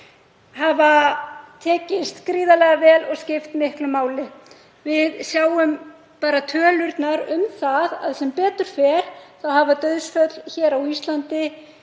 hafa tekist gríðarlega vel og skipt miklu máli. Við sjáum bara tölurnar um það, sem betur fer hafa tölur um dauðsföll hér á Íslandi